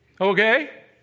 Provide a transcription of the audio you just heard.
Okay